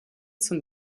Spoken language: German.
zum